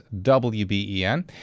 WBEN